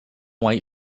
white